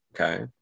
Okay